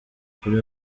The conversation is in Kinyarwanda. kuri